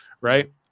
right